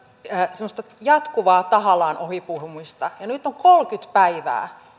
semmoista jatkuvaa tahallaan ohipuhumista nyt on kolmekymmentä päivää